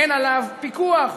אין עליו פיקוח,